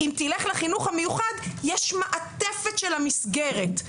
אם תלך לחינוך המיוחד יש מעטפת של המסגרת,